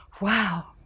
wow